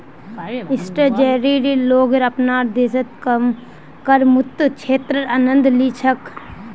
स्विट्जरलैंडेर लोग अपनार देशत करमुक्त क्षेत्रेर आनंद ली छेक